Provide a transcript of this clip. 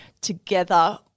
together